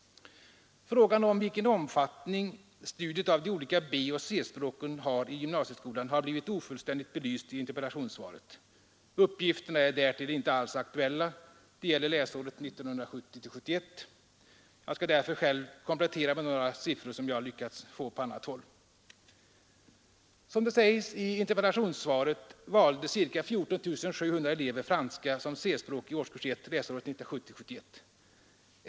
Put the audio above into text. Frågan om vilken omfattning studiet av de olika B och C-språken har i gymnasieskolan har blivit ofullständigt belyst i interpellationssvaret. Uppgifterna är därtill inte alls aktuella, de gäller läsåret 1970 71.